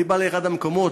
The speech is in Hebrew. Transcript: אני בא לאחד המקומות,